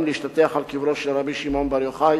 להשתטח על קברו של רבי שמעון בר יוחאי.